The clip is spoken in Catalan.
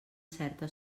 certa